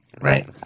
Right